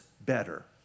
better